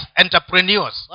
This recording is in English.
entrepreneurs